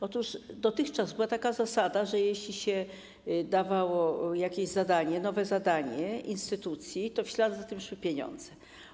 Otóż dotychczas była taka zasada, że jeśli dawało się jakieś nowe zadanie instytucji, to w ślad za tym szły pieniądze.